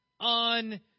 on